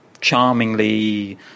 charmingly